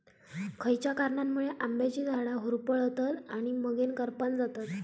खयच्या कारणांमुळे आम्याची झाडा होरपळतत आणि मगेन करपान जातत?